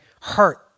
hurt